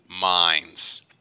minds